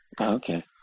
okay